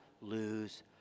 lose